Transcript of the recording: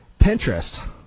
Pinterest